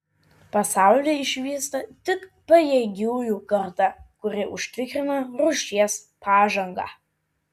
pasaulį išvysta tik pajėgiųjų karta kuri užtikrina rūšies pažangą